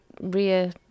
rear